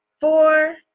four